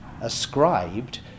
ascribed